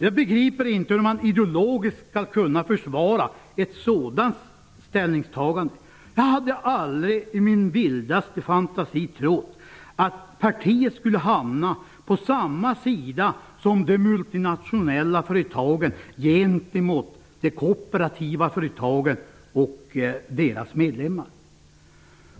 Jag begriper inte hur man ideologiskt skall kunna försvara ett sådant ställningstagande. Jag hade aldrig i min vildaste fantasi trott att partiet skulle hamna på samma sida som de multinationella företagen gentemot de kooperativa företagen och deras medlemmar.